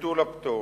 לביטול הפטור.